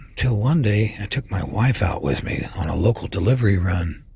until one day i took my wife out with me on a local delivery run.